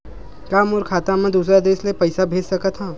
का मोर खाता म दूसरा देश ले पईसा भेज सकथव?